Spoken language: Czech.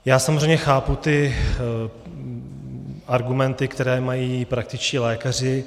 Já samozřejmě chápu argumenty, které mají praktičtí lékaři.